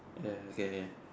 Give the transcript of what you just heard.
ya okay ya